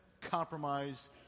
compromise